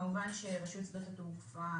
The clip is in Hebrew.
כמובן שרשות שדות התעופה,